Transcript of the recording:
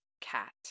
cat